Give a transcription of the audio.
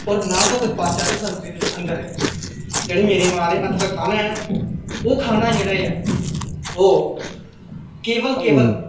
होर ना गै कोई पाश्चात्य संस्कृति दे अंदर ऐ जेह्ड़ी मेरी मां दे हत्थ दा खाना ऐ ओह् खाना जेह्ड़ा एह् ऐ ओह् केवल केवल